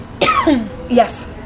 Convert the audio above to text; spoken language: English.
Yes